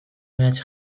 mehatz